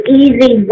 easy